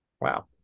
Wow